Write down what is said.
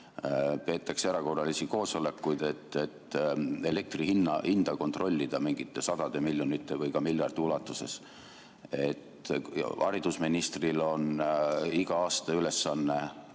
peetakse erakorralisi koosolekuid, et elektri hinda kontrollida mingite sadade miljonite või ka miljardi ulatuses? Haridusministril on iga aasta ülesanne